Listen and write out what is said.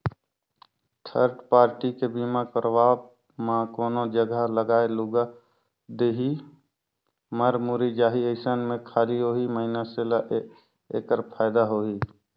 third party के बीमा करवाब म कोनो जघा लागय लूगा देही, मर मुर्री जाही अइसन में खाली ओही मइनसे ल ऐखर फायदा होही